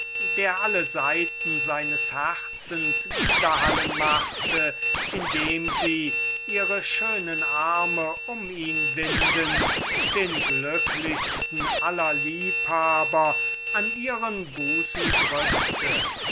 der alle saiten seines herzens widerhallen machte indem sie ihre schönen arme um ihn windend den glückseligsten aller liebhaber an ihren busen drückte